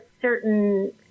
certain